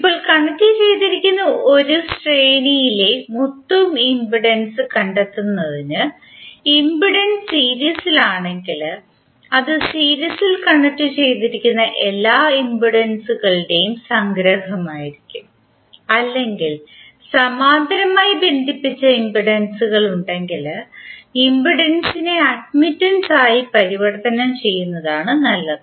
ഇപ്പോൾ കണക്റ്റുചെയ്തിരിക്കുന്ന ഒരു ശ്രേണിയിലെ മൊത്തം ഇംപെഡൻസ് കണ്ടെത്തുന്നതിന് ഇംപെഡൻസ് സീരീസിലാണെങ്കിൽ അത് സീരീസിൽ കണക്റ്റുചെയ്തിരിക്കുന്ന എല്ലാ ഇംപെൻഡൻസുകളുടെയും സംഗ്രഹമായിരിക്കും അല്ലെങ്കിൽ സമാന്തരമായി ബന്ധിപ്പിച്ച ഇംപെൻഡൻസുകൾ ഉണ്ടെങ്കിൽ ഇംപെഡൻസിനെ അട്മിറ്റെൻസ് ആയി പരിവർത്തനം ചെയ്യുന്നതാണ് നല്ലത്